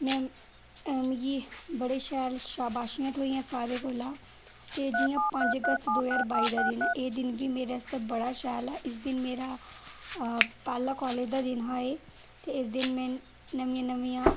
में मिगी बड़े शैल शाबाशियां थ्होइयां सारें कोलां ते जि'यां पंज अगस्त दो ज्हार बाई दा दिन एह् दिन बी मेरे आस्तै बड़ा शैल ऐ इस दिन मेरा पैह्ला कालेज दा दिन हा एह् ते इस दिन में नमियां नमियां